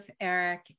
Eric